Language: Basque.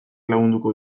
lagunduko